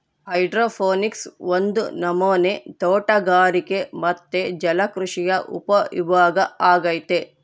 hydroponics ಒಂದು ನಮನೆ ತೋಟಗಾರಿಕೆ ಮತ್ತೆ ಜಲಕೃಷಿಯ ಉಪವಿಭಾಗ ಅಗೈತೆ